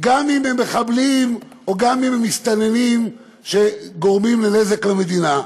גם אם הם מחבלים או גם אם הם מסתננים שגורמים נזק למדינה?